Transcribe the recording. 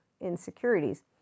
insecurities